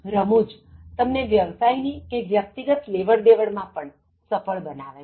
રમૂજ તમને વ્યવસાય ની કે વ્યક્તિગત લેવડદેવડ માં સફળ બનાવે છે